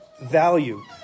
value